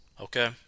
okay